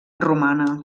romana